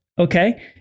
okay